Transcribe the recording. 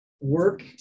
work